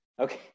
okay